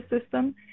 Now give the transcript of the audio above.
system